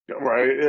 right